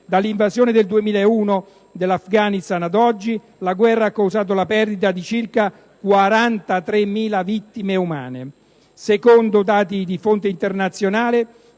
Dall'invasione nel 2001 dell'Afghanistan ad oggi la guerra ha causato la perdita di circa 43.000 vite umane. Secondo dati di fonte internazionale,